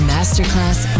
Masterclass